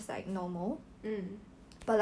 still got who in my class